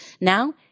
Now